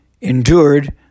endured